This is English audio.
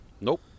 Nope